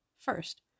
First